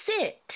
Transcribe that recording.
sit